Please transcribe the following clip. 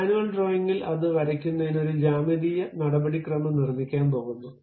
manual ഡ്രോയിംഗിൽ അത് വരയ്ക്കുന്നതിന് ഒരു ജ്യാമിതീയ നടപടിക്രമം നിർമ്മിക്കാൻ പോകുന്നു